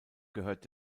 gehört